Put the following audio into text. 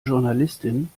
journalistin